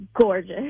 gorgeous